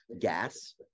gas